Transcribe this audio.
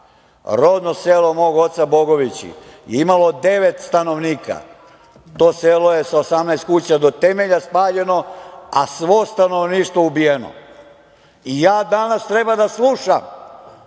Rodno selo mog oca, Bogovići, je imalo devet stanovnika. To selo je sa 18 kuća do temelja spaljeno, a svo stanovništvo ubijeno. Danas ja treba da slušam